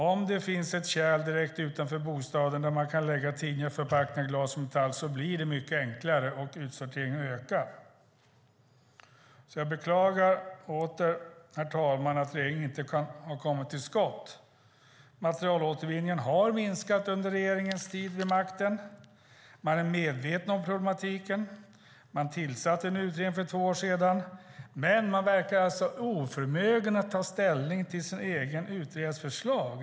Om det finns ett kärl direkt utanför bostaden där man kan lägga tidningar, förpackningar, glas och metall blir det mycket enklare och utsorteringen ökar. Jag beklagar åter, herr talman, att regeringen inte kommer till skott. Materialåtervinningen har minskat under regeringens tid vid makten. Man är medveten om problemet. Man tillsatte en utredning för två år sedan. Men man verkar oförmögen att ta ställning till sin egen utredares förslag.